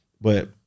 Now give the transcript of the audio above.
but-